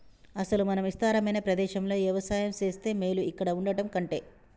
అసలు మనం ఇస్తారమైన ప్రదేశంలో యవసాయం సేస్తే మేలు ఇక్కడ వుండటం కంటె